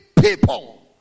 people